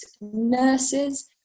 nurses